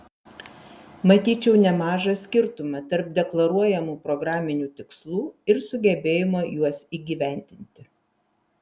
matyčiau nemažą skirtumą tarp deklaruojamų programinių tikslų ir sugebėjimo juos įgyvendinti